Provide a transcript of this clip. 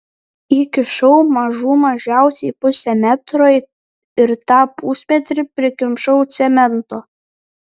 įkišau mažų mažiausiai pusę metro ir tą pusmetrį prikimšau cemento